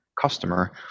customer